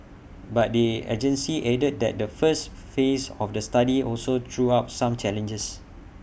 but the agency added that the first phase of the study also threw up some challenges